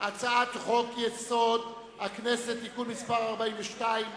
הצעת חוק-יסוד: הכנסת (תיקון מס' 42)